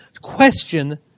question